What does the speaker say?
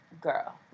girl